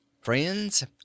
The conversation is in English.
Friends